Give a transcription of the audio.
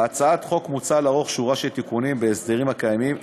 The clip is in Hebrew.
בהצעת החוק מוצע לערוך שורה של תיקונים בהסדרים הקיימים,